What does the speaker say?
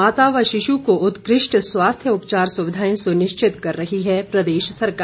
माता व शिशु को उत्कृष्ट स्वास्थ्य उपचार सुविधाएं सुनिश्चित कर रही है प्रदेश सरकार